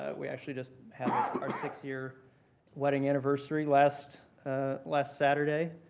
ah we actually just had our six-year wedding anniversary last last saturday.